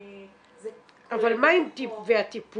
זה כולל -- והטיפול?